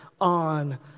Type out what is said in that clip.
on